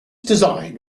design